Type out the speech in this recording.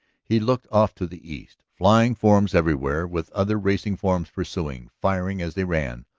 he looked off to the east. flying forms everywhere with other racing forms pursuing, firing as they ran.